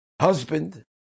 Husband